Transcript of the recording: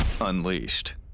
Unleashed